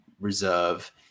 reserve